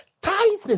Tithing